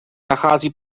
nachází